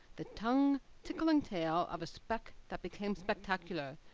the tongue-tickling tale of a speck that became spectacular,